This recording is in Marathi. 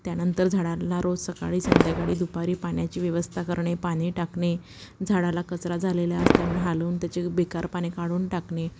त्यानंतर झाडांला रोज सकाळी संध्याकाळी दुपारी पाण्याची व्यवस्था करणे पाणी टाकणे झाडाला कचरा झालेल्या असल्यामुळे हलवून त्याचे बेकार पाणी काढून टाकणे